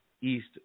East